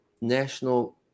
National